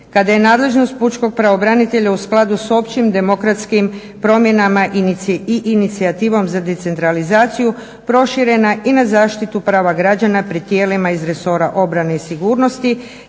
Kada je nadležnost pučkog pravobranitelja u skladu s općim, demokratskim promjenama i inicijativom za decentralizaciju, proširena i na zaštitu prava građana pred tijelima iz resora obrane i sigurnosti,